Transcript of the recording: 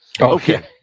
Okay